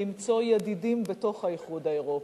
למצוא ידידים בתוך האיחוד האירופי,